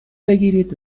بگیرید